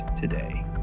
today